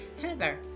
Heather